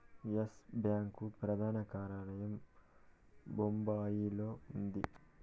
yes Bank ప్రధాన కార్యాలయం బొంబాయిలో ఉంది